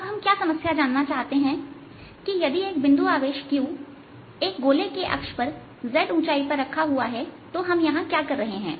अब हम क्या समस्या जानना चाहते हैं कि यदि एक बिंदु आवेश q एक गोले के अक्ष पर z ऊंचाई पर रखा हुआ है तो हम यहां क्या कर रहे हैं